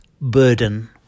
burden